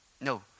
No